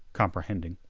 comprehending.